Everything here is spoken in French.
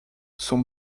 sont